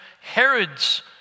Herod's